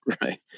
Right